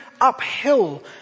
uphill